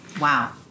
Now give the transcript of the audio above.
Wow